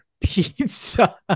Pizza